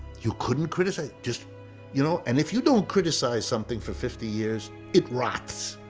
you couldn't criticize, just you know and if you don't criticize something for fifty years, it rots,